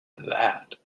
that